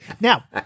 Now